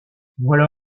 voilà